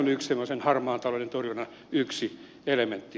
tämäkin on harmaan talouden torjunnan yksi elementti